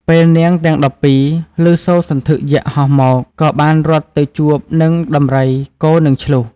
ពេលនាងទាំង១២ លឺសូរសន្ធឹកយក្សហោះមក ក៏បានរត់ទៅជួបនឹងដំរី គោ និងឈ្លូស។